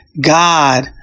God